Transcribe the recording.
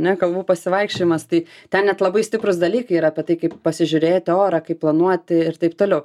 ne kalvų pasivaikščiojimas tai ten net labai stiprūs dalykai yra apie tai kaip pasižiūrėti orą kaip planuoti ir taip toliau